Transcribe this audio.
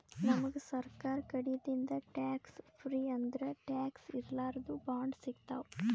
ನಮ್ಗ್ ಸರ್ಕಾರ್ ಕಡಿದಿಂದ್ ಟ್ಯಾಕ್ಸ್ ಫ್ರೀ ಅಂದ್ರ ಟ್ಯಾಕ್ಸ್ ಇರ್ಲಾರ್ದು ಬಾಂಡ್ ಸಿಗ್ತಾವ್